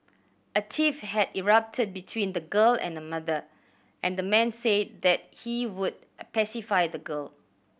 a tiff had erupted between the girl and the mother and the man said that he would pacify the girl